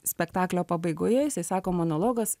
spektaklio pabaigoje jisai sako monologas